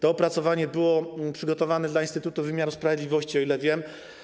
To opracowanie było przygotowane dla Instytutu Wymiaru Sprawiedliwości, o ile wiem.